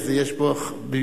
אז יש פה משום,